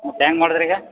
ಮತ್ತು ಹೆಂಗ್ ಮಾಡೋದು ರೀ ಈಗ